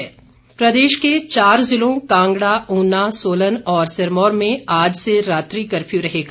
curfew प्रदेश के चार जिलों कांगड़ा ऊना सोलन और सिरमौर में आज से रात्रि कर्फ्यू रहेगा